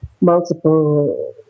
multiple